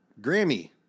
Grammy